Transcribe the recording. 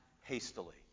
hastily